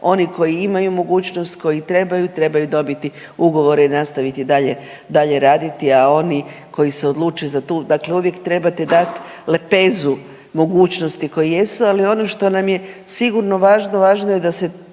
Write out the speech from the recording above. oni koji imaju mogućnost koji trebaju, trebaju dobiti ugovora i nastaviti dalje raditi, a oni koji se odluče za tu dakle, uvijek trebate dati lepezu mogućnosti koje jesu. Ali ono što nam je sigurno važno, važno je da se